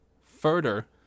further